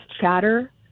chatter